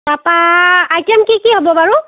তাপা আইটেম কি কি হ'ব বাৰু